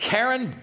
Karen